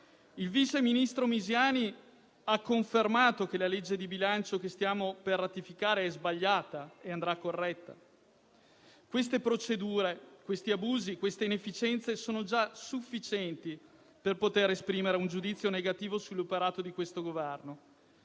Il vice ministro Misiani ha confermato che la legge di bilancio che stiamo per ratificare è sbagliata e andrà corretta. Queste procedure, questi abusi, queste inefficienze sono già sufficienti per poter esprimere un giudizio negativo sull'operato di questo Governo.